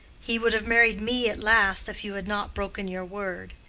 he would have married me at last, if you had not broken your word.